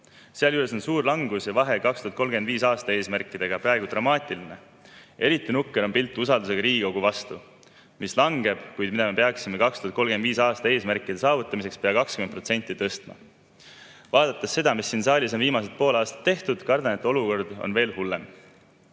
Sealjuures on suur langus ja vahe 2035. aasta eesmärkidega praegu dramaatiline. Pilt on eriti nukker, kui vaadata usaldust Riigikogu vastu, mis langeb. Me peaksime seda 2035. aasta eesmärkide saavutamiseks pea 20% tõstma. Aga teades, mis siin saalis on viimased pool aastat tehtud, kardan, et olukord on veel hullem.